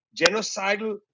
genocidal